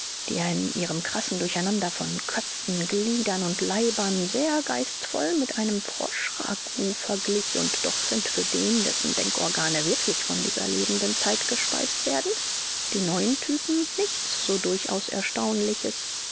die er in ihrem krausen durcheinander von köpfen gliedern und leibern sehr geistvoll mit einem froschragout verglich und doch sind für den dessen denkorgane wirklich von dieser lebenden zeit gespeist werden die neuen typen nichts so durchaus erstaunliches